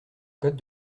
code